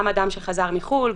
גם אדם שחזר מחו"ל,